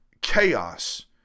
chaos